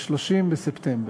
ב-30 בספטמבר.